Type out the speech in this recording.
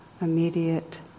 immediate